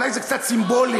אולי זה קצת סימבולי.